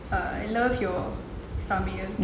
I love your சமையல்:samaiyal